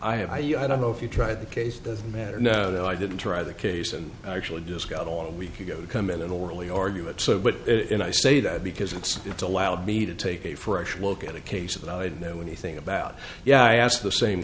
i i don't know if you tried the case of the matter no i didn't try the case and actually just got on a week ago to come in and orally argue it so but it and i say that because it's it's allowed me to take a fresh look at a case that i didn't know anything about yeah i asked the same